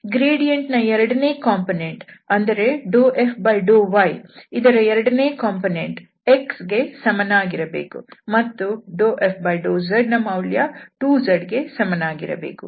gradient ನ ಎರಡನೇ component ∂f∂y ಇದರ ಎರಡನೇ ಕಂಪೋನೆಂಟ್ x ಗೆ ಸಮಾನವಾಗಿರಬೇಕು ಮತ್ತು ∂f∂zನ ಮೌಲ್ಯ 2z ಗೆ ಸಮಾನವಾಗಿರಬೇಕು